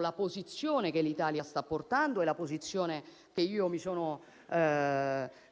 la posizione che l'Italia sta portando avanti,